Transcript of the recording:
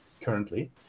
currently